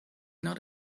not